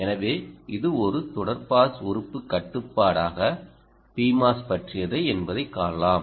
எனவே இது ஒரு தொடர் பாஸ் உறுப்பு கட்டுப்பாடாக PMOS பற்றியது என்பதைக் காணலாம்